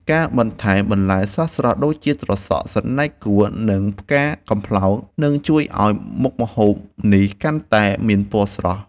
ការបន្ថែមបន្លែស្រស់ៗដូចជាត្រសក់ សណ្តែកគួរ និងផ្កាកំប្លោកនឹងជួយឱ្យមុខម្ហូបនេះកាន់តែមានពណ៌ស្រស់។